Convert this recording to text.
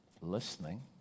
listening